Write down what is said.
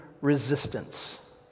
resistance